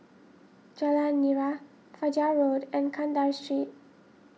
Jalan Nira Fajar Road and Kandahar Street